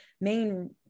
main